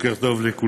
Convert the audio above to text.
בוקר טוב לכולם,